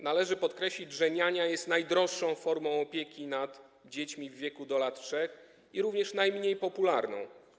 Należy podkreślić, że niania jest najdroższą formą opieki nad dziećmi w wieku do lat 3 i również najmniej popularną.